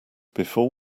before